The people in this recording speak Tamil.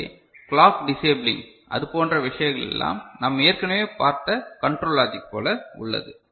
எனவே கிளாக் டிசெப்ளிங் அது போன்ற விஷயங்களெல்லாம் நாம் ஏற்கனவே பார்த்த கண்ட்ரோல் லாஜிக் போல உள்ளது